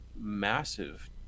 massive